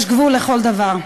יש גבול לכל דבר.